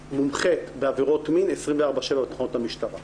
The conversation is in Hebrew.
מומחית בעבירות מין 24/7 בתחנות המשטרה.